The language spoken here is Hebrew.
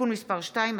הגבלת פעילות) (תיקון מס' 3),